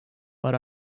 but